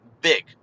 big